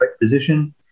position